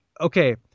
okay